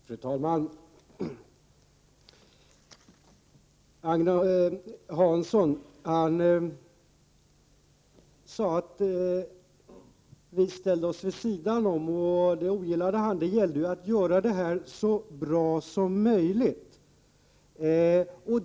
Fru talman! Agne Hansson sade att vi moderater ställt oss vid sidan om. Det ogillade han. Det gällde ju att göra det här så bra som möjligt.